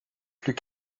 plus